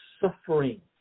suffering